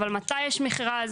אבל מתי המכרז?